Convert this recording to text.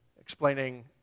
Explaining